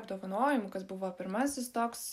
apdovanojimu kas buvo pirmasis toks